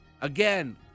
Again